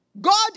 God